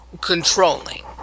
controlling